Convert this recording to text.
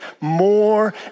more